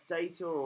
data